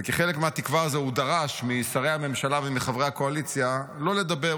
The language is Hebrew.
וכחלק מהתקווה הזו הוא דרש משרי הממשלה ומחברי הקואליציה לא לדבר.